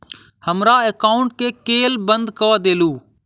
हमरा एकाउंट केँ केल बंद कऽ देलु?